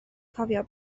cofio